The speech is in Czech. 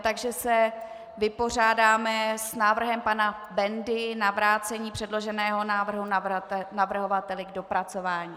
Takže se vypořádáme s návrhem pana Bendy na vrácení předloženého návrhu navrhovateli k dopracování.